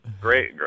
great